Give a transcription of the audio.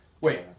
Wait